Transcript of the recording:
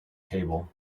table